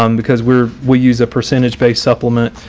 um because we're, we use a percentage pay supplement.